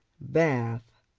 bath,